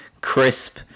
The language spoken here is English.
Crisp